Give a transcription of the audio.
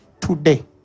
today